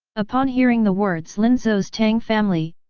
upon hearing the words linzhou's tang family,